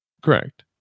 Correct